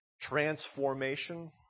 transformation